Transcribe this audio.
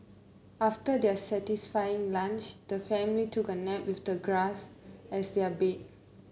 after their satisfying lunch the family took a nap with the grass as their bed